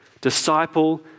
disciple